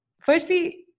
Firstly